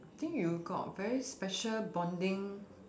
think you got very special bonding